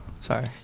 Sorry